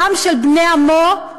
דם של בני עמו.